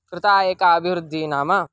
कृता एका अभिवृद्धिः नाम